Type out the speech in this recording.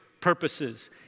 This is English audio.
purposes